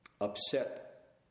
upset